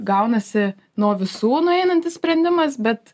gaunasi nuo visų nueinantis sprendimas bet